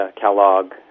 Kellogg